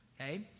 okay